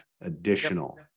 additional